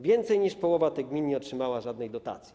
Więcej niż połowa tych gmin nie otrzymała żadnej dotacji.